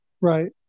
Right